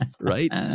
right